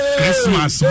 Christmas